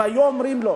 אם היו אומרים לו: